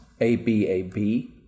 A-B-A-B